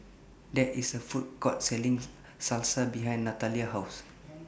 There IS A Food Court Selling Salsa behind Natalia's House